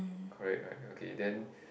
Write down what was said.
correct right okay then